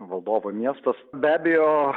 valdovo miestas be abejo